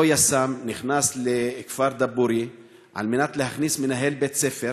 אותו יס"מ נכנס לכפר דבורייה על מנת להכניס מנהל בית-ספר